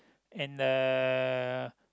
and uh